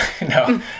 no